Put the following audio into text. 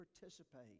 participate